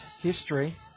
history